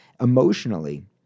emotionally